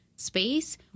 space